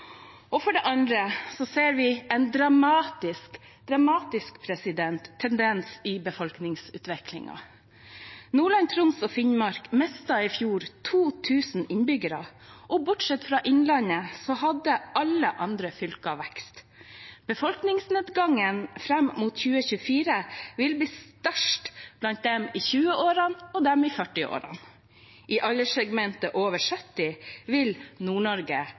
For det andre ser vi en dramatisk – dramatisk, president – tendens i befolkningsutviklingen. Nordland, Troms og Finnmark mistet i fjor 2 000 innbyggere, og bortsett fra Innlandet hadde alle andre fylker vekst. Befolkningsnedgangen fram mot 2024 vil bli størst blant dem i 20-årene og dem i 40-årene. I alderssegmentet over 70 år vil